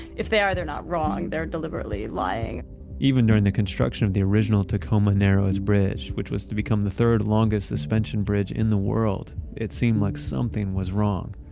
if they are, they're not wrong. they're deliberately lying even during the construction of the original tacoma narrows bridge, which was to become the third longest suspension bridge in the world, it seemed like something was wrong.